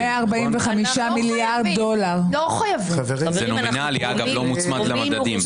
זה נומינלי, אגב, לא מוצמד למדדים.